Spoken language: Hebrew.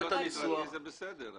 זה נראה לי יותר מדי כניסה לפרטים.